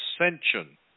ascension